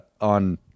on